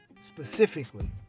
specifically